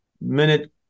minute